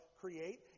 create